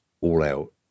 all-out